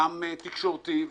גם תקשורתי,